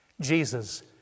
Jesus